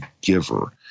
giver